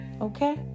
Okay